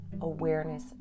awareness